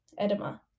Edema